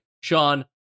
Sean